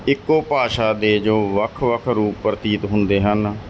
ਇੱਕੋ ਭਾਸ਼ਾ ਦੇ ਜੋ ਵੱਖ ਵੱਖ ਰੂਪ ਪ੍ਰਤੀਤ ਹੁੰਦੇ ਹਨ